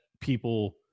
people